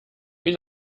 wie